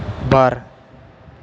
बार